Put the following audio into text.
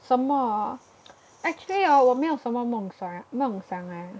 什么 actually hor 我没有什么梦什么梦想 eh